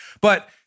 But-